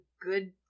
good